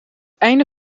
einde